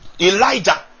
Elijah